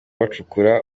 bacukura